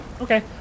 Okay